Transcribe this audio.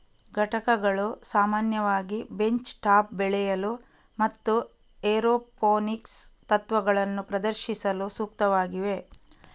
ಘಟಕಗಳು ಸಾಮಾನ್ಯವಾಗಿ bench top ಬೆಳೆಯಲು ಮತ್ತು ಏರೋಪೋನಿಕ್ಸ್ ತತ್ವಗಳನ್ನು ಪ್ರದರ್ಶಿಸಲು ಸೂಕ್ತವಾಗಿವೆ